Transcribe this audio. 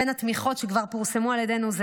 בין התמיכות שכבר פורסמו על ידינו,